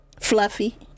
fluffy